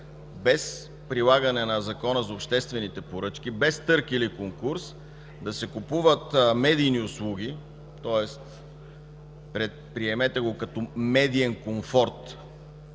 без прилагане на Закона за обществените поръчки, без търг или конкурс да се купуват медийни услуги, тоест приемете го като медиен комфорт